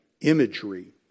imagery